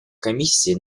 комиссии